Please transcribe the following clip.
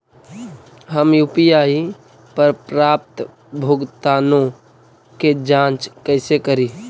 हम यु.पी.आई पर प्राप्त भुगतानों के जांच कैसे करी?